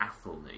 Athelney